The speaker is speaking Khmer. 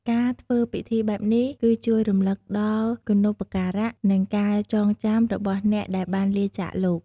ការធ្វើពិធីបែបនេះ គឺជួយរំលឹកដល់គុណូបការៈ និងការចងចាំរបស់អ្នកដែលបានលាចាកលោក។